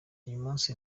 uyumunsi